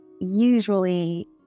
Usually